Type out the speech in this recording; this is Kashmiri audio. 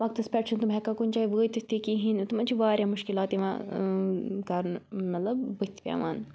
وَقتَس پٮ۪ٹھ چھِنہٕ تِم ہیٚکان کُنہِ جایہِ وٲتِتھ تہِ کِہیٖنۍ تِمَن چھِ واریاہ مُشکِلات یِوان کَرنہٕ مطلب بٔتھِ پیٚوان